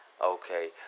Okay